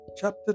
chapter